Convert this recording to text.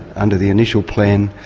under the initial plan,